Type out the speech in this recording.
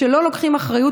וכשלא לוקחים אחריות,